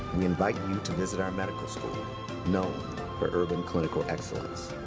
we invite you to visit our medical school known for urban clinical excellence.